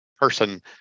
person